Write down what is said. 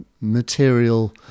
material